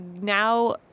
now